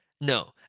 no